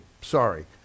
Sorry